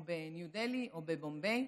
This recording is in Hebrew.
או בניו דלהי או בבומבי.